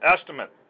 estimate